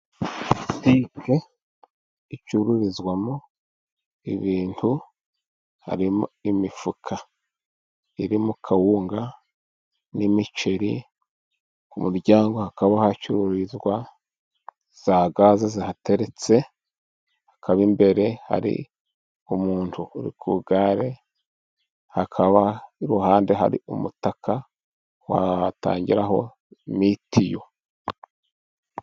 Butike icururizwamo ibintu, harimo imifuka irimo kawunga n'imiceri, ku muryango hakaba hacururizwa za gaze zihateretse, hakaba'imbere hari umuntu uri ku igare, hakaba iruhande hari umutaka watangiraho mitiyu.